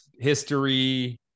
history